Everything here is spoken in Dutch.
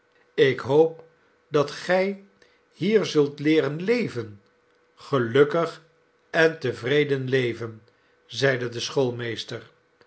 ik hoop dat gij hier zult leeren leven gelukkig en tevreden leven zeide de